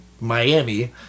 Miami